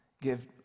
give